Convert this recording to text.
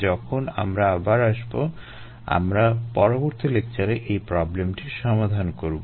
যখন আমরা আবার আসবো আমরা পরবর্তী লেকচারে এই প্রবলেমটি সমাধান করবো